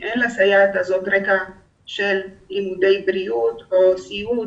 כי אין לסייעת הזו רקע משמעותי בלימודי בריאות או סיעוד.